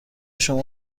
شما